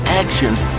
actions